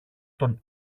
των